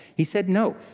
he said no.